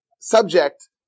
subject